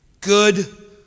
good